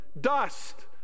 dust